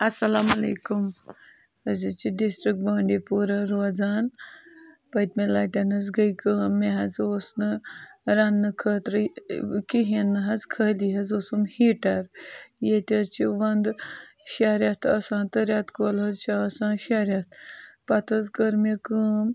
اَسَلام علیکُم أسۍ حظ چھِ ڈِسٹرٛک بانڈی پورہ روزان پٔتمہِ لَٹٮ۪ن حظ گٔے کٲم مےٚ حظ اوس نہٕ رَنٛنہٕ خٲطرٕ کِہیٖنۍ نَہ حظ خٲلی حظ اوسُم ہیٖٹَر ییٚتہِ حظ چھِ وَنٛدٕ شےٚ رٮ۪تھ آسان تہٕ رٮ۪تہٕ کول حظ چھِ آسان شےٚ رٮ۪تھ پَتہٕ حظ کٔر مےٚ کٲم